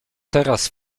teraz